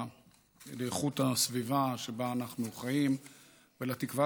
לאיכות הסביבה שבה אנחנו חיים ולתקווה